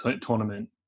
tournament